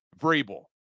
Vrabel